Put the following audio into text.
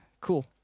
cool